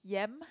yam